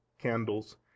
candles